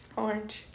orange